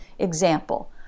example